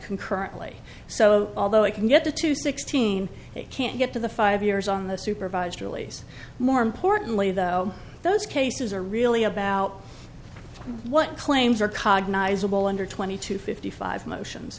concurrently so although it can get to two sixteen they can't get to the five years on the supervised release more importantly though those cases are really about what claims are cognize well under twenty to fifty five motions